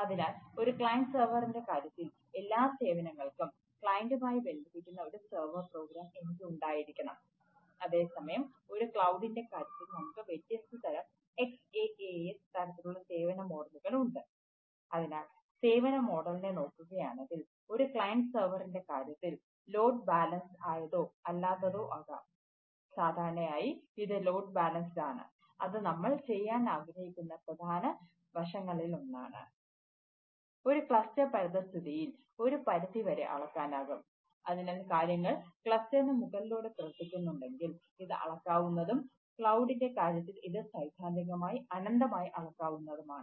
അത് നമ്മൾ ചെയ്യാൻ ആഗ്രഹിക്കുന്നതിന്റെ പ്രധാന വശങ്ങളിലൊന്നാണ്